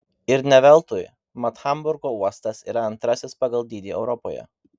ir ne veltui mat hamburgo uostas yra antrasis pagal dydį europoje